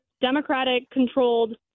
Democratic-controlled